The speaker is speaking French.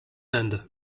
inde